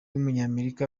w’umunyamerika